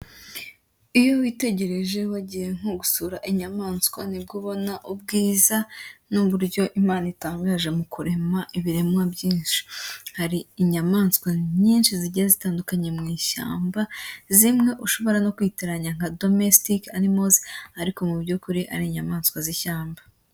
Iyo witegereje wagiye nko gusura inyamaswa nibwo ubona ubwiza n'uburyo imana itangaje mu kurema ibiremwa byinshi, hari inyamaswa nyinshi zigiye zitandukanye mu ishyamba zimwe ushobora no kwitiranya nka domestic animals ariko mu by'ukuri ari inyamaswa z'ishyamba.